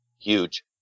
Huge